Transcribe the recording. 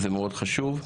זה חשוב מאוד.